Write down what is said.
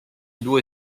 due